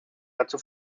dazu